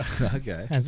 Okay